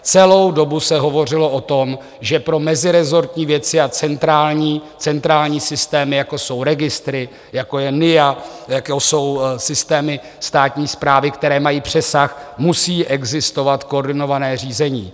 Celou dobu se hovořilo o tom, že pro meziresortní věci a centrální systém, jako jsou registry, jako je NIA, jako jsou systémy státní správy, které mají přesah, musí existovat koordinované řízení.